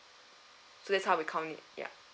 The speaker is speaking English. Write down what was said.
so that's how we count it ya